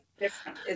different